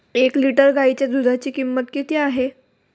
एक लिटर गाईच्या दुधाची किंमत किती आहे?